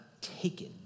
taken